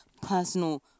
personal